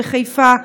בחיפה,